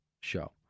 show